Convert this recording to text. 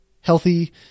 healthy